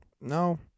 No